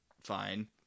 fine